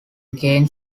gain